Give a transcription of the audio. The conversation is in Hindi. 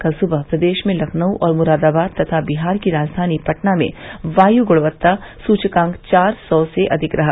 कल सुबह प्रदेश में लखनऊ और मुरादाबाद तथा बिहार की राजधानी पटना में वायू गुणवत्ता सूचकांक चार सौ से अधिक रहा